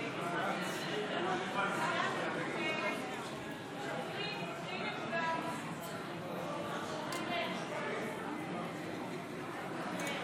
חבריי חברי הכנסת, אנא תפסו